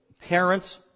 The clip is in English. parents